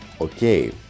okay